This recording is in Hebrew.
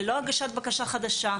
ללא הגשת בקשה חדשה.